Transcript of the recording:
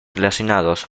relacionados